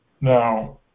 Now